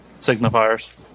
signifiers